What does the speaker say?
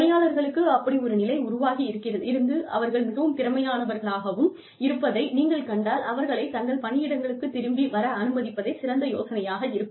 பணியாளர்களுக்கு அப்படி ஒரு நிலை உருவாகி இருந்து அவர்கள் மிகவும் திறமையானவர்களாகவும் இருப்பதை நீங்கள் கண்டால் அவர்களை தங்கள் பணியிடங்களுக்கு திரும்பி வர அனுமதிப்பதே சிறந்த யோசனையாக இருக்கும்